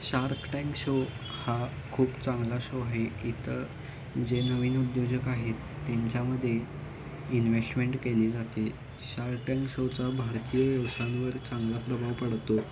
shark Tank show हा खूप चांगला शो आहे इथं जे नवीन उद्योजक आहेत त्यांच्यामध्ये इन्ववेस्शमेंट केली जाते शार्क टँक शोचा भारतीय व्यवसांवर चांगला प्रभाव पडतो